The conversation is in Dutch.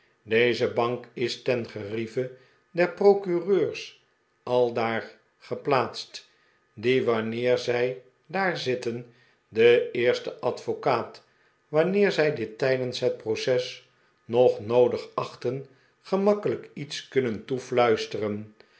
deze bank is ten gerieve der procureurs aldaar geplaatst die wanneer zij daar zitten den eersten advocaat wanneer zij dit tijdens het proces nog noodig achten gemakkelyk iets kunnen toefluisteren